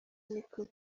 niko